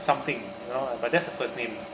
something you know but that's the first name